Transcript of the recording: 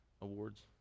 awards